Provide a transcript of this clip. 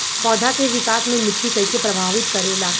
पौधा के विकास मे मिट्टी कइसे प्रभावित करेला?